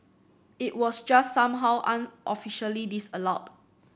it was just somehow unofficially disallowed